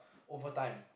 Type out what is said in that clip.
over time